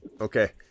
Okay